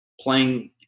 playing